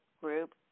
group